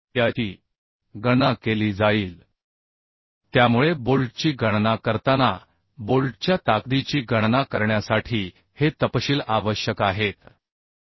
त्याची गणना केली जाईल त्यामुळे बोल्टची गणना करताना बोल्टच्या ताकदीची गणना करण्यासाठी हे तपशील आवश्यक आहेत अपयशाचे कोणते प्रकार समोर येत आहेत आणि ते वेगवेगळ्या कारणांसाठी आहेत हे आपण पाहू शकू अपयशाचा प्रकार हा पीचच्या काठापासूनचे अंतर बोल्टचा संपूर्ण बोल्ट व्यास इ